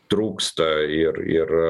trūksta ir ir